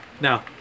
Now